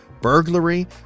burglary